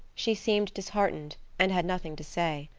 she seemed disheartened, and had nothing to say.